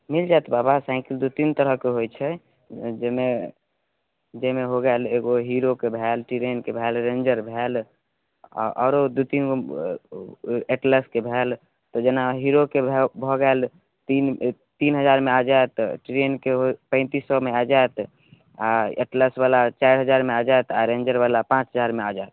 मिल जायत बाबा साइकिल दू तीन तरहक होइ छै जाहिमे जाहिमे हो गेल एगो हीरोके भेल टिरेनके भेल रेंजर भेल आ आओरो दू तीन गो एटलसके भेल तऽ जेना हीरोके भऽ गेल तीन तीन हजारमे आ जायत टिरेनके पैंतीस सएमे आ जायत आ एटलसवला चारि हजारमे आ जायत आ रेंजरवला पाँच हजारमे आ जायत